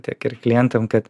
tiek ir klientam kad